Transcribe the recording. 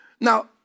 Now